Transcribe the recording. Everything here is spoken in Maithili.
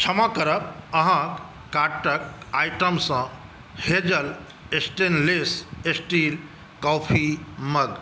क्षमा करब अहाँक कार्टके आइटमसँ हेजल स्टेनलेस स्टील कॉफी मग